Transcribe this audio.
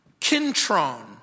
Kintron